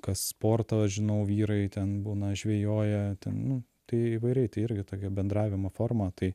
kas sporto žinau vyrai ten būna žvejoja ten nu tai įvairiai tai irgi tokia bendravimo forma tai